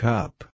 Cup